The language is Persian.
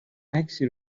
عکسی